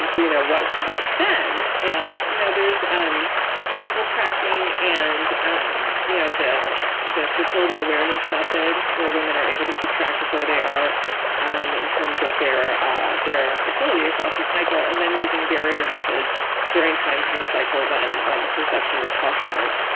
you know what what then? and you know there's um cycle tracking and um you know the the fertility awareness method, where women are able to keep track of where they are um in terms of their their fertility across the cycle and then using barrier methods during times in the cycle when um conception is possible.